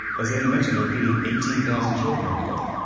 as eddy mentioned, they're feeding eighteen thousand children every day.